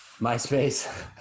MySpace